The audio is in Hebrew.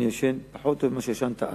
אני ישן פחות טוב ממה שישנת אז.